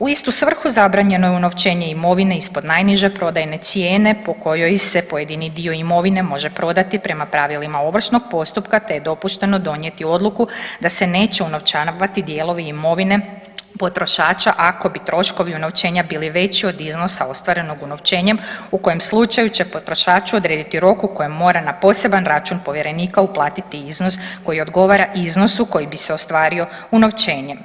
U istu svrhu zabranjeno je unovčenje imovine ispod najniže prodajne cijene po kojoj se pojedini dio imovine može prodati prema pravilima ovršnog postupka, te je dopušteno donijeti odluku da se neće unovčavati dijelovi imovine potrošača ako bi troškovi unovčenja bili veći od iznosa ostvarenog unovčenjem u kojem slučaju će potrošaču odrediti rok u kojem mora na poseban račun povjerenika uplatiti iznos koji odgovara iznosu koji bi se ostvario unovčenjem.